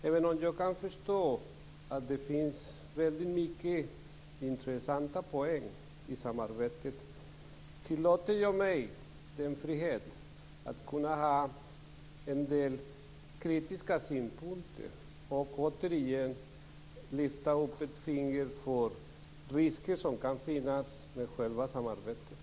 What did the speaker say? Även om jag kan förstå att det finns väldigt mycket intressanta poäng i samarbetet tillåter jag mig friheten att ha en del kritiska synpunkter och återigen lyfta upp ett finger för de risker som kan finnas med själva samarbetet.